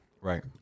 right